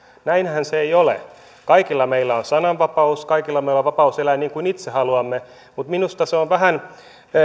näinhän se ei ole kaikilla meillä on sananvapaus kaikilla meillä on vapaus elää niin kuin itse haluamme minusta se on vähän